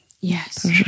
Yes